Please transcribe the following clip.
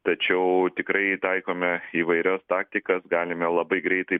tačiau tikrai taikome įvairias taktikas galime labai greitai